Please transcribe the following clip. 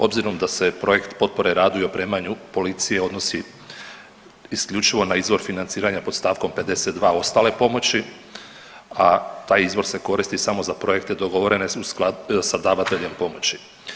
Obzirom da se projekt potpore radu i opremanju policije odnosi isključivo na izvor financiranja pod stavkom 52. – Ostale pomoći a taj izvor se koristi samo za projekte dogovorene sa davateljem pomoći.